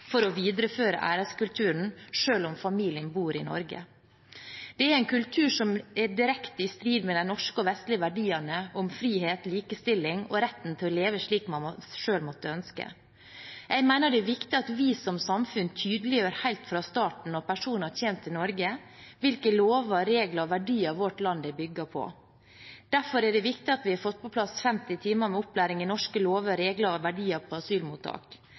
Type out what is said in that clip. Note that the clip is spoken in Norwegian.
for å videreføre æreskulturen selv om familien bor i Norge. Det er en kultur som er direkte i strid med de norske og vestlige verdiene for frihet, likestilling og rett til leve slik man selv måtte ønske. Jeg mener det er viktig at vi som samfunn tydeliggjør helt fra starten når personer kommer til Norge, hvilke lover, regler og verdier vårt land er bygget på. Derfor er det viktig at vi har fått på plass 50 timer med opplæring i norske lover, regler og verdier på asylmottak.